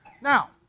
Now